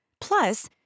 Plus